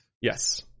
Yes